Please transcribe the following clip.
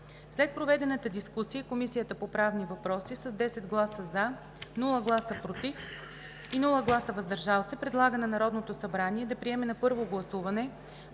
След проведената дискусия Комисията по правни въпроси: - с 10 гласа „за“, без гласове „против“ и „въздържал се“ предлага на Народното събрание да приеме на първо гласуване